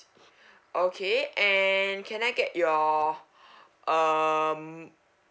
okay and can I get your um